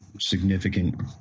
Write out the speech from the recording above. significant